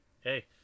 hey